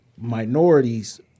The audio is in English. minorities